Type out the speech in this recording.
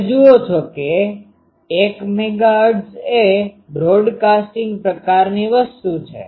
તમે જુઓ છો કે 1MHz એ બ્રોડકાસ્ટીંગ પ્રકારની વસ્તુ છે